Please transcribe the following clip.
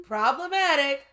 Problematic